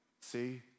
See